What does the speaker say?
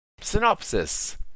Synopsis